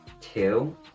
Two